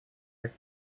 are